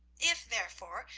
if, therefore,